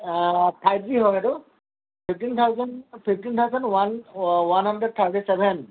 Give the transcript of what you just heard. five G হয়' এইটো fifteen thousand fifteen thousand one one hundred thirty seven